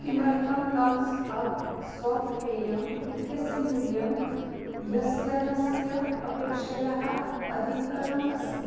किमर्थं Thums Up soft पेयम् इत्यस्य मूल्यं ह्यस्तनस्य अपेक्षया अधिकतरम् अस्ति